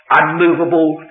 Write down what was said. unmovable